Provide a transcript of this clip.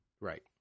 Right